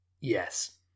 yes